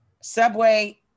Subway